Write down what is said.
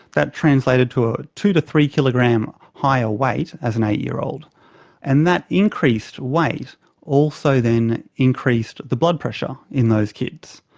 that translated to a two to three kilogram higher weight as an eight-year-old, and that increased weight also then increased the blood pressure in those kids.